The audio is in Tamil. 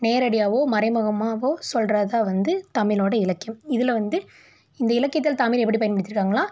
நேரடியாகவோ மறைமுகமாகவோ சொல்கிறதுதான் வந்து தமிழோடய இலக்கியம் இதில் வந்து இந்த இலக்கியத்தில் தமிழ் எப்படி பயன்படுத்திருக்காங்கன்னால்